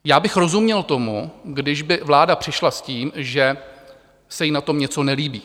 Já bych rozuměl tomu, kdyby vláda přišla s tím, že se jí na tom něco nelíbí.